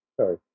Sorry